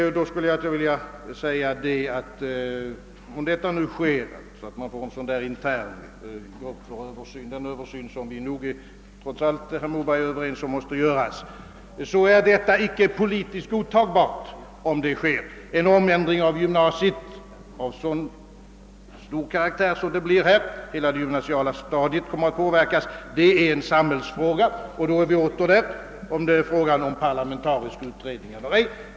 Om en sådan intern grupp tillsätts för den översyn som måste göras — den saken är nog statsrådet Moberg ense med mig om — så är detta politiskt icke godtagbart. En ändring av den omfattning det här blir fråga om — hela det gymnasiala stadiet kommer att påverkas — är en samhällsfråga som kräver en parlamentarisk utredning.